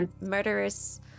murderous